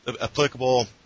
applicable